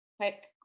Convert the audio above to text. quick